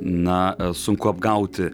na sunku apgauti